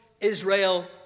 Israel